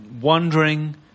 wondering